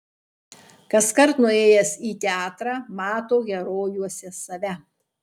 kaskart nuėjęs į teatrą mato herojuose save